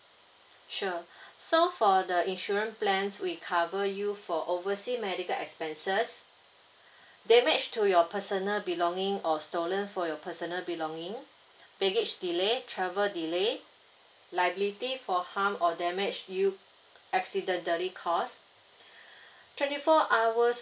sure so for the insurance plans we cover you for oversea medical expenses damage to your personal belonging or stolen for your personal belonging baggage delay travel delay liability for harm or damage you accidentally cost twenty four hours